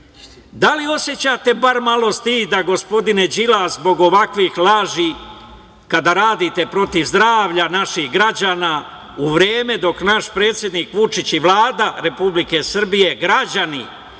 li osećate bar malo stiga gospodine Đilas zbog ovakvih laži kada radite protiv zdravlja naših građana u vreme dok naš predsednik Vučić i Vlada Republike Srbije, građani